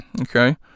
Okay